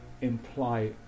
imply